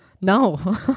No